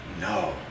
No